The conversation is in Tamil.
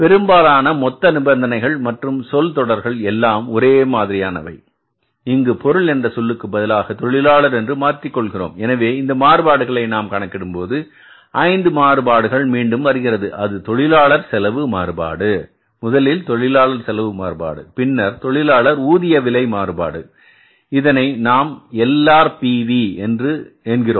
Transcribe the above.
பெரும்பாலான மொத்த நிபந்தனைகள் மற்றும் சொல் தொடர்கள் எல்லாம் ஒரே மாதிரியானவை இங்கு பொருள் என்ற சொல்லுக்கு பதிலாக தொழிலாளர் என்று மாற்றிக் கொள்கிறோம் எனவே இந்த மாறுபாடுகளை நாம் கணக்கிடும் போது ஐந்து மாறுபாடுகள் மீண்டும் வருகிறது அது தொழிலாளர் செலவு மாறுபாடு முதலில் தொழிலாளர் செலவு மாறுபாடு பின்னர் தொழிலாளர் ஊதிய விலை மாறுபாடு இதனை நாம் LRPV என்கிறோம்